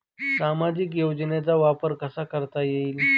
सामाजिक योजनेचा वापर कसा करता येईल?